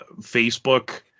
facebook